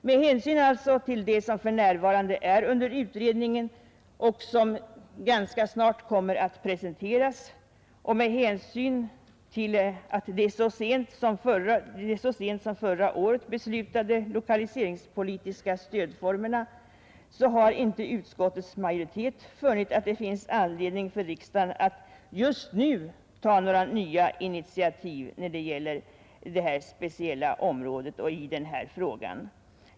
Med hänsyn till att hithörande frågor för närvarande är under utredning och förslag ganska snart kommer att presenteras och med hänsyn till de så sent som förra året beslutade lokaliseringspolitiska stödformerna har utskottets majoritet inte funnit att det finns anledning för riksdagen att just nu ta några nya initiativ när det gäller det här speciella området och i den här frågan.